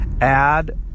add